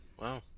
Wow